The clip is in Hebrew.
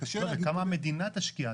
כמה המדינה תשקיע?